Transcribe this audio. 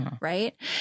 Right